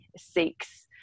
seeks